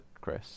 Chris